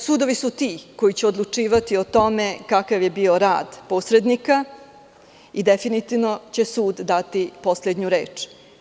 Sudovi su ti koji će odlučivati kakav je bio rad posrednika i definitivno će sud dati poslednju reč.